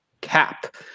cap